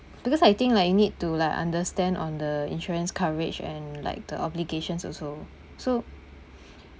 because I think like I need to like understand on the insurance coverage and like the obligations also so